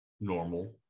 normal